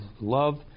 love